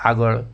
આગળ